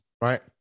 right